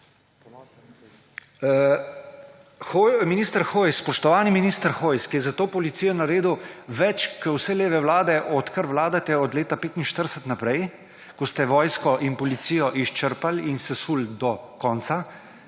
Minister Hojs, spoštovani minister Hojs, ki je za to to policijo naredil več kot vse leve vlade, odkar vladate od leta 1945 naprej, ko ste vojsko in policijo izčrpali in sesuli do konca,